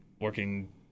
working